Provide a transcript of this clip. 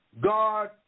God